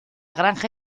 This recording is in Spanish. granja